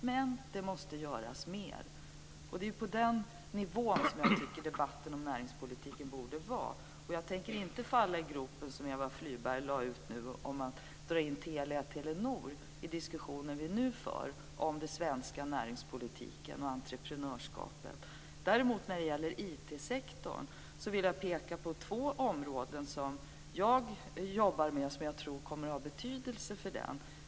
Men det måste göras mer, och det är på den nivån som jag tycker att debatten om näringspolitiken borde ligga. Jag tänker inte falla i den grop som Eva Flyborg nu grävde med att dra in Telia-Telenor i den diskussion vi nu för om svensk näringspolitik och svenskt entreprenörskap. Däremot vill jag när det gäller IT sektorn peka på två områden som jag jobbar med och som jag tror kommer att ha betydelse för den.